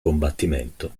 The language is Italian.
combattimento